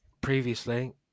previously